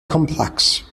complex